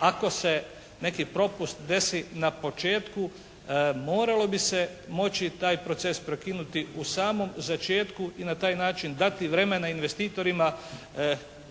Ako se neki propust desi na početku moralo bi se moći taj proces prekinuti u samom začetku i na taj način dati vremena investitorima,